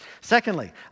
Secondly